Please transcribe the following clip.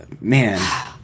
Man